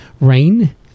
rain